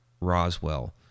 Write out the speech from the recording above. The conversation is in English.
Roswell